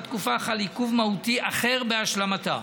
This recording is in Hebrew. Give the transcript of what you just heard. תקופה חל עיכוב מהותי אחר בהשלמתה.